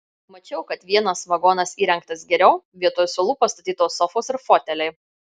mačiau kad vienas vagonas įrengtas geriau vietoj suolų pastatytos sofos ir foteliai